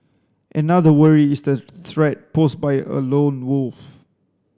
another worry is the threat posed by a lone wolf